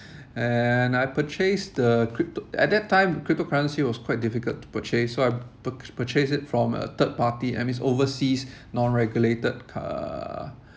and I purchased the crypto at that time cryptocurrency was quite difficult to purchase so I pur~ purchase it from a third party and it's overseas non-regulated uh